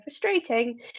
frustrating